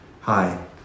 hi